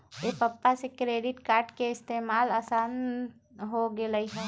एप्पवा से credit card के इस्तेमाल असान हो गेलई ह